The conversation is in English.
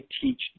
teach